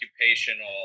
occupational